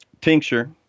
tincture